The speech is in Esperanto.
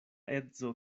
edzo